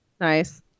Nice